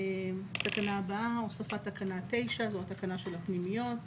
התקנה הבאה, הוספת תקנה 9, זו התקנה של הפנימיות.